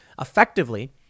effectively